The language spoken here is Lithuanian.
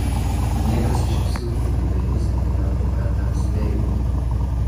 niekas iš psichų didelių sentimentų mentams nejautė